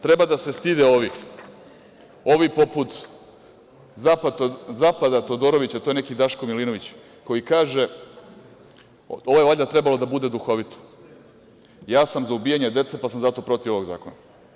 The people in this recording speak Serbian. Treba da se stide ovi poput zapada Todorovića, to je neki Daško Milinović, koji kaže, ovo je valjda trebalo da bude duhovito – ja sam za ubijanje dece, pa sam zato protiv ovog zakona.